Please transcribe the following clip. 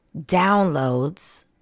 downloads